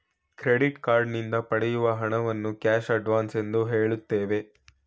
credit card ನಿಂದ ಪಡೆಯುವ ಹಣವನ್ನು ಕ್ಯಾಶ್ ಅಡ್ವನ್ಸ್ ಎಂದು ಹೇಳುತ್ತೇವೆ